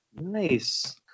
Nice